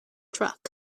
truck